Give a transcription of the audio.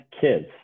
kids